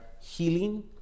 healing